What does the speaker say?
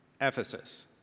Ephesus